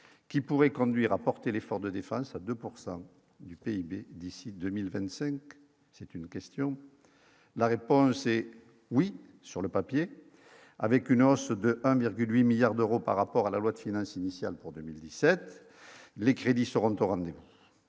qui pourrait conduire à porter l'effort de défense à 2 pourcent du PIB d'ici 2025, c'est une question, la réponse est oui sur le papier, avec une hausse de 8 milliards d'euros par rapport à la loi de finances initiale pour 2017, les crédits seront au rendez-vous